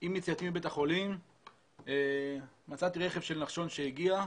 עם יציאתי מבית החולים מצאתי רכב של נחשון שהגיע,